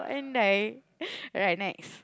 and I right next